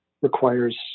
requires